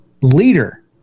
leader